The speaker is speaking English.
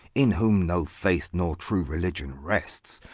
in whom no faith nor true religion rests,